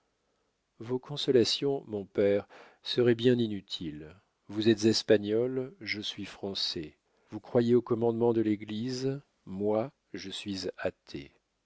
vos consolations mon père seraient bien inutiles vous êtes espagnol je suis français vous croyez aux commandements de l'église moi je suis athée